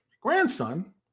grandson